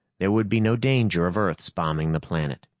there would be no danger of earth's bombing the planet.